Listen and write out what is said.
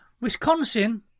Wisconsin